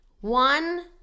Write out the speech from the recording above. one